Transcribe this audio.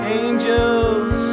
angels